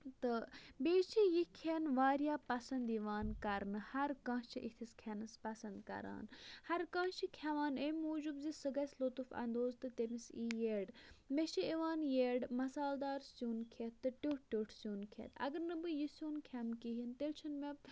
تہٕ بیٚیہِ چھُ یہٕ کھیٚن واریاہ پسنٛد یِوان کَرنہٕ ہَر کانٛہہ چھُ یِتھِس کھیٚنَس پسنٛد کَران ہَر کانٛہہ چھُ کھیٚوان اَمہِ موٗجوٗب زِ سُہ گَژھِ لُطُف اندوز تہٕ تٔمِس یی یَڈ مےٚ چھِ یِوان یڈ مَسالہٕ دار سِیُن کھیٚتھ تہٕ ٹیٚوٹھ ٹیٚوٹھ سِیُن کھیٚتھ اَگر نہٕ بہٕ یہٕ سِیُن کھیٚمہٕ کِہیٖنۍ تیٚلہِ چھُنہٕ مےٚ